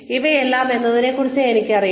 ഇവയെല്ലാം എന്നെക്കുറിച്ച് എനിക്കറിയാം